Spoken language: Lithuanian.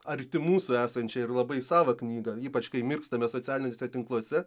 arti mūsų esančią ir labai savą knygą ypač kai mirkstame socialiniuose tinkluose